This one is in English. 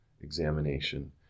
examination